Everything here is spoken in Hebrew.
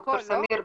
ד"ר סמיר,